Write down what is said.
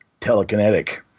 telekinetic